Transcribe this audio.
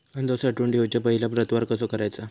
कांदो साठवून ठेवुच्या पहिला प्रतवार कसो करायचा?